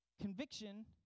conviction